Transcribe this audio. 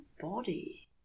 body